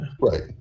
Right